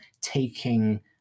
taking